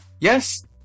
yes